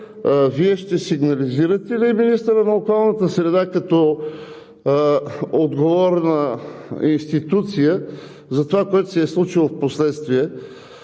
Вие ще сигнализирате ли министъра на околната среда и водите, като отговорна институция, за това, което се е случило впоследствие?